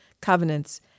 covenants